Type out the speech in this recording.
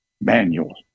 manual